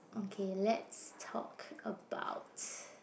okay let's talk about